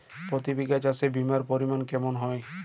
প্রতি বিঘা চাষে বিমার পরিমান কেমন হয়?